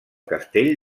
castell